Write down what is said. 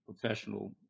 professional